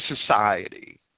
society